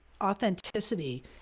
authenticity